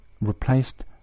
replaced